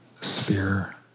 sphere